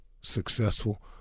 successful